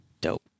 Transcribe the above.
Dope